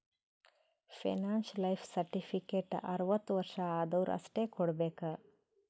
pension life certificate ಅರ್ವತ್ ವರ್ಷ ಆದ್ವರು ಅಷ್ಟೇ ಕೊಡ್ಬೇಕ